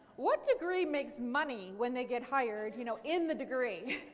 what degree makes money when they get hired you know in the degree?